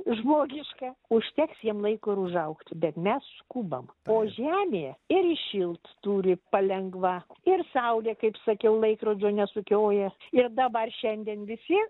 žmogišką užteks jiem laiko ir užaugt bet mes skubam o žemė ir įšilt turi palengva ir saulė kaip sakiau laikrodžio nesukioja ir dabar šiandien visi